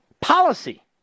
Policy